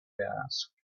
asked